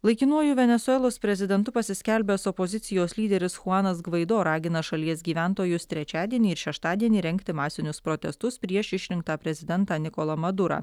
laikinuoju venesuelos prezidentu pasiskelbęs opozicijos lyderis chuanas gvaido ragina šalies gyventojus trečiadienį ir šeštadienį rengti masinius protestus prieš išrinktą prezidentą nikolą madurą